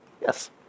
Yes